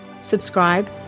subscribe